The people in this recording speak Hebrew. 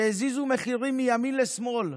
שהזיזו מחירים מימין לשמאל,